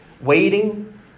waiting